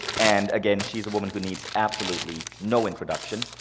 and again, she's a woman who needs absolutely no introduction.